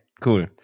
cool